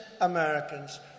Americans